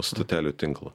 stotelių tinklą